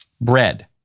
Bread